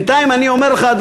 בינתיים אני אומר לך,